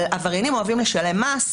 אבל עבריינים אוהבים לשלם מס,